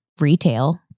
retail